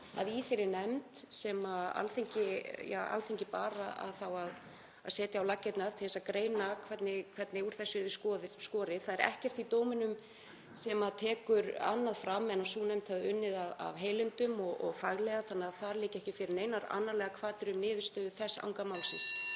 um þá nefnd sem Alþingi bar að setja á laggirnar til að greina hvernig úr þessu yrði skorið. Það er ekkert í dómnum sem tekur annað fram en að sú nefnd hafi unnið af heilindum og faglega þannig að þar liggja ekki fyrir neinar annarlegar hvatir um niðurstöðu þess anga málsins.